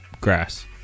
grass